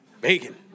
Bacon